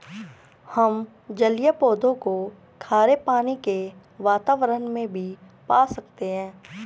हम जलीय पौधों को खारे पानी के वातावरण में भी पा सकते हैं